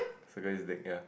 circle his dick ya